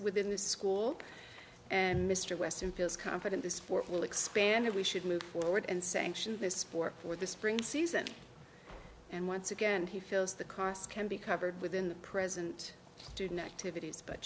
within the school and mr weston feels confident the sport will expand and we should move forward and sanction this sport for the spring season and once again he feels the costs can be covered within the present student activities bu